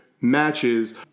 matches